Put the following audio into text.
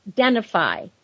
identify